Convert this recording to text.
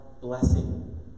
blessing